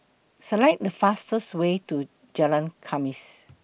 Select The fastest Way to Jalan Khamis